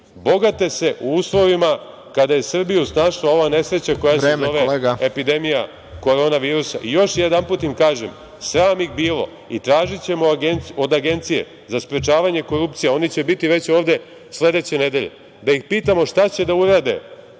bogate se u uslovima kada je Srbiju snašla ova nesreća koja se zove epidemija korona virusa. Još jedanput im kažem, sram ih bilo i tražićemo od Agencije za sprečavanje korupcije, oni će biti ovde već sledeće nedelje, da ih pitamo šta će da urade